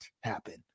happen